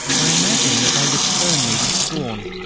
i imagined that they would spurn me with scorn,